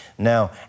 Now